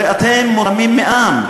הרי אתם מורמים מעם.